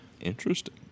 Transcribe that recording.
Interesting